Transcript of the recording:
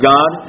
God